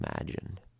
imagined